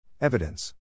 Evidence